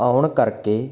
ਆਉਣ ਕਰਕੇ